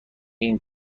این